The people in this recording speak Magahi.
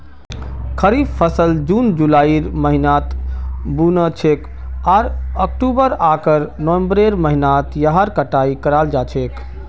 खरीफ फसल जून जुलाइर महीनात बु न छेक आर अक्टूबर आकर नवंबरेर महीनात यहार कटाई कराल जा छेक